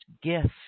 gift